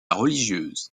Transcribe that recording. religieuse